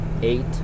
eight